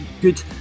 good